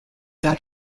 that